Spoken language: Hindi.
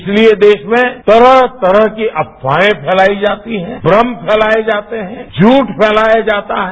इसलिए देश में तरह तरह की अफवाहें फैलाई जाती हैं भ्रम फैलाएं जाते हैं झूठ फैलाया जाता है